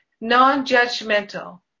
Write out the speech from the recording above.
non-judgmental